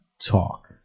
talk